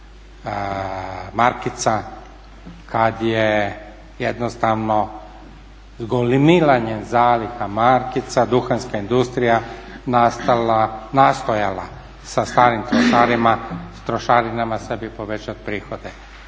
markica kad je jednostavno s gomilanjem zaliha markica duhanska industrija nastojala sa starim trošarinama sebi povećat prihode.